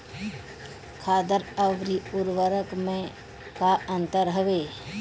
खादर अवरी उर्वरक मैं का अंतर हवे?